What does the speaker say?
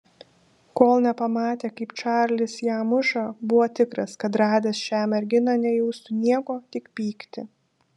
kol nepamatė kaip čarlis ją muša buvo tikras kad radęs šią merginą nejaustų nieko tik pyktį